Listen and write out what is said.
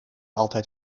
altijd